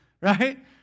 right